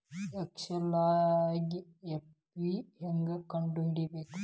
ಎಕ್ಸೆಲ್ದಾಗ್ ಎಫ್.ವಿ ಹೆಂಗ್ ಕಂಡ ಹಿಡಿಬೇಕ್